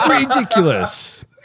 ridiculous